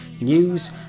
news